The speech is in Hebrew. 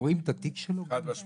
רואים את התיק האישי שלו במקביל?